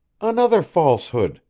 another falsehood!